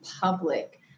public